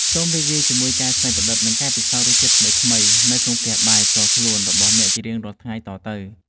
សូមរីករាយជាមួយការច្នៃប្រឌិត និងការពិសោធន៍រសជាតិថ្មីៗនៅក្នុងផ្ទះបាយផ្ទាល់ខ្លួនរបស់អ្នកជារៀងរាល់ថ្ងៃតទៅ។